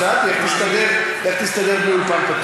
אז שאלתי, איך תסתדר בלי אולפן פתוח?